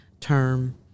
term